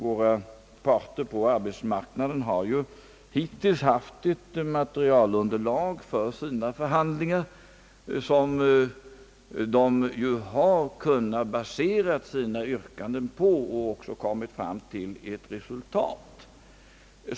Våra parter på arbetsmarknaden har ju hittills haft ett materialunderlag för sina förhandlingar, på vilket de kunnat basera sina yr kanden, och de har även kommit fram till ett resultat.